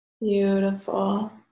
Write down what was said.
Beautiful